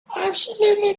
absolutely